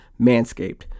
Manscaped